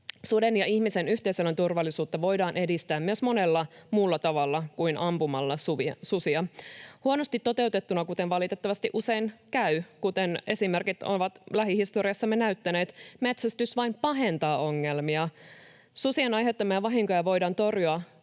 suden ja ihmisen yhteiselon turvallisuutta voidaan edistää myös monella muulla tavalla kuin ampumalla susia. Huonosti toteutettuna, kuten valitettavasti usein käy — kuten esimerkit ovat lähihistoriassamme näyttäneet — metsästys vain pahentaa ongelmia. Susien aiheuttamia vahinkoja voidaan torjua